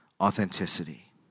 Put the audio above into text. authenticity